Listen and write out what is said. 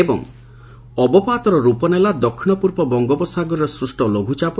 ଏବଂ ଅବପାତର ରୂପ ନେଲା ଦକ୍ଷିଣ ପୂର୍ବ ବଙ୍ଗୋପସାଗର ସୂଷ ଲଘୁଚାପ